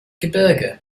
gebirge